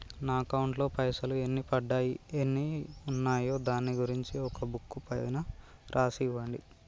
నా అకౌంట్ లో పైసలు ఎన్ని పడ్డాయి ఎన్ని ఉన్నాయో దాని గురించి ఒక బుక్కు పైన రాసి ఇవ్వండి?